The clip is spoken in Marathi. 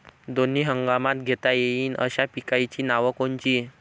दोनी हंगामात घेता येईन अशा पिकाइची नावं कोनची?